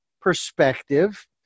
perspective